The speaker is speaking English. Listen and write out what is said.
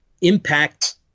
impact